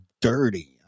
dirty